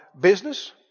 business